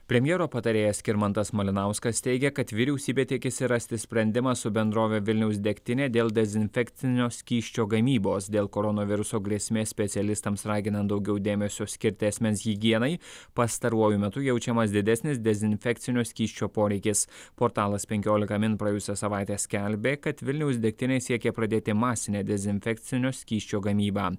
premjero patarėjas skirmantas malinauskas teigia kad vyriausybė tikisi rasti sprendimą su bendrove vilniaus degtinė dėl dezinfekcinio skysčio gamybos dėl koronaviruso grėsmės specialistams raginant daugiau dėmesio skirti asmens higienai pastaruoju metu jaučiamas didesnis dezinfekcinio skysčio poreikis portalas penkiolika min praėjusią savaitę skelbė kad vilniaus degtinė siekia pradėti masinę dezinfekcinio skysčio gamybą